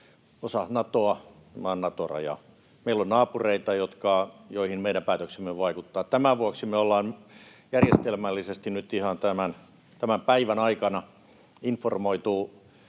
osa Natoa, tämä on Nato-raja. Meillä on naapureita, joihin meidän päätöksemme vaikuttavat. Tämän vuoksi me ollaan järjestelmällisesti nyt ihan tämän päivän aikana informoitu